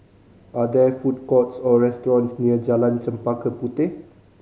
are there food courts or restaurants near Jalan Chempaka Puteh